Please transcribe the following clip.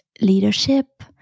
leadership